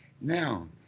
Now